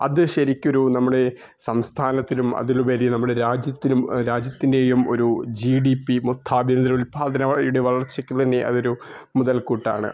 അത് ശരിക്കൊരു നമ്മുടെ സംസ്ഥാനത്തിലും അതിലുപരി നമ്മുടെ രാജ്യത്തിലും രാജ്യത്തിൻ്റെയും ഒരു ജി ഡി പി മൊത്തം ആഭ്യന്തര ഉത്പാദനത്തിന്റെ വളർച്ചയ്ക്ക് തന്നെ അതൊര് മുതൽ കൂട്ടാണ്